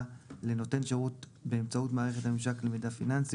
לנותן שירות באמצעות מערכת הממשק למידע פיננסי,